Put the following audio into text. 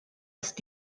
ist